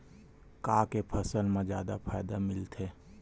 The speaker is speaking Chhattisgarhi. का के फसल मा जादा फ़ायदा मिलथे?